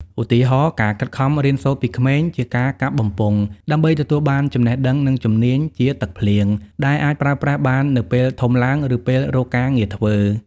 ឧទាហរណ៍ ការខិតខំរៀនសូត្រពីក្មេង (ជាការកាប់បំពង់) ដើម្បីទទួលបានចំណេះដឹង និងជំនាញ (ជាទឹកភ្លៀង) ដែលអាចប្រើប្រាស់បាននៅពេលធំឡើង ឬពេលរកការងារធ្វើ។